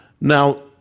Now